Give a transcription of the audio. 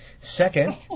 Second